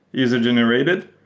user-generated,